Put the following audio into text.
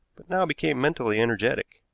but now became mentally energetic.